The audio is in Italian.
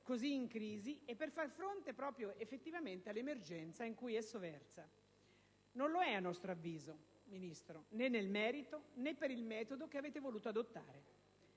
così in crisi e per far fronte effettivamente alla emergenza in cui esso versa. Non lo è, a nostro avviso, né nel merito né per il metodo che avete voluto adottare.